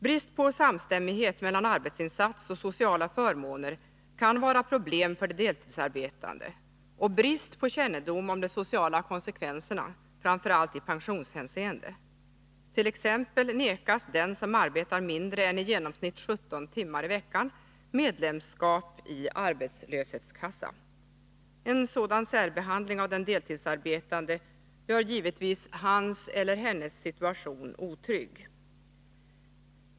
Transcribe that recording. Brist på samstämmighet mellan arbetsinsats och sociala förmåner kan vara problem för de deltidsarbetande jämte brist på kännedom om de sociala konsekvenserna, framför allt i pensionshänseende. Så t.ex. nekas den som arbetar mindre än i genomsnitt 17 timmar i veckan medlemsskap i arbetslöshetskassa. En sådan särbehandling av den deltidsarbetande gör givetvis hans eller hennes situation otrygg.